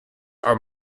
are